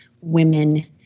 women